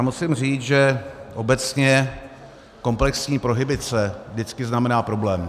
Musím říct, že obecně komplexní prohibice vždycky znamená problém.